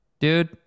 dude